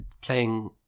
playing